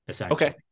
Okay